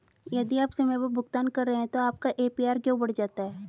यदि आप समय पर भुगतान कर रहे हैं तो आपका ए.पी.आर क्यों बढ़ जाता है?